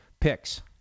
picks